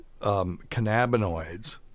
cannabinoids